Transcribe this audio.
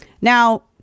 Now